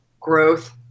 growth